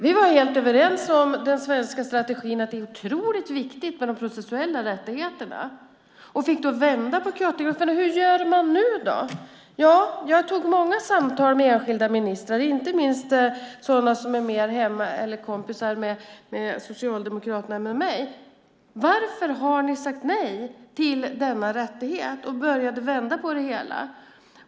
Vi var helt överens om den svenska strategin att det är otroligt viktigt med de processuella rättigheterna. Vi fick då vända på kuttingen och fråga oss hur vi ska göra nu. Jag hade många samtal med enskilda ministrar, inte minst med sådana som är mer kompisar med Socialdemokraterna än med mig, och frågade: Varför har ni sagt nej till denna rättighet och börjat vända på det hela?